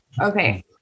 Okay